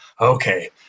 okay